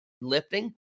lifting